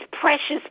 precious